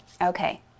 Okay